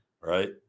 right